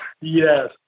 Yes